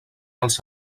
als